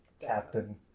Captain